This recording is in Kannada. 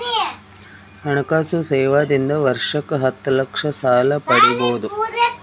ಹಣಕಾಸು ಸೇವಾ ದಿಂದ ವರ್ಷಕ್ಕ ಹತ್ತ ಲಕ್ಷ ಸಾಲ ಪಡಿಬೋದ?